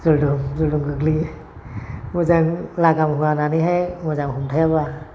जुलदुब जुलदुब गोग्लैयो मोजां लागाम गानहोनानै मोजां हमथायाब्ला